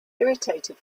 irritated